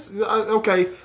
Okay